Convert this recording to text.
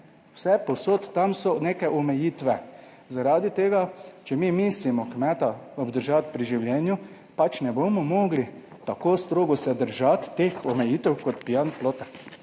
Vsepovsod tam so neke omejitve. Zaradi tega, če mi mislimo kmeta obdržati pri življenju, pač ne bomo mogli tako strogo se držati teh omejitev kot pijanec plota.